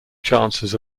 chances